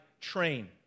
train